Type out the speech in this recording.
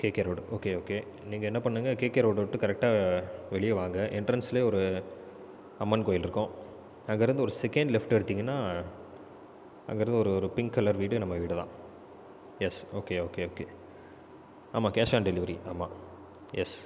K K road okay okay நீங்கள் என்ன பண்ணுங்கள் கே கே ரோடை விட்டு கரெக்டாக வெளியே வாங்க என்ட்ரன்ஸ்லேயே ஒரு அம்மன் கோவில் இருக்கும் அங்கேயிருந்து ஒரு செகேண்ட் லெஃப்ட் எடுத்திங்கனா அங்கேயிருந்து ஒரு ஒரு பிங்க் கலர் வீடு நம்ம வீடுதான் எஸ் ஓகே ஓகே ஓகே ஆமாம் கேஷ் ஆன் டெலிவரி ஆமாம் எஸ்